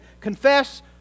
Confess